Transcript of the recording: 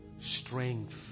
strength